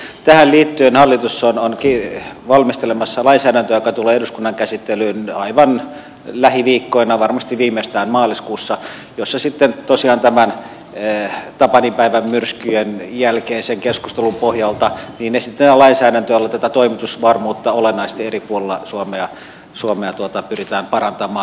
tähän liittyen hallitus on valmistelemassa lainsäädäntöä joka tulee eduskunnan käsittelyyn aivan lähiviikkoina varmasti viimeistään maaliskuussa jossa sitten tosiaan tämän tapaninpäivän myrskyjen jälkeisen keskustelun pohjalta esitetään lainsäädäntöä jolla tätä toimitusvarmuutta olennaisesti eri puolilla suomea pyritään parantamaan